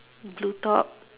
blue top